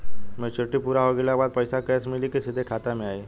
Maturity पूरा हो गइला के बाद पईसा कैश मिली की सीधे खाता में आई?